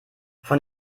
von